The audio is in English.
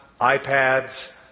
iPads